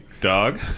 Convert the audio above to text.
dog